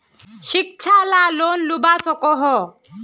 शिक्षा ला लोन लुबा सकोहो?